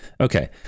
okay